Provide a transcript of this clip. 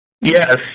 yes